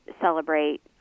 celebrate